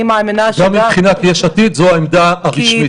גם מבחינת יש עתיד, זו העמדה הרשמית.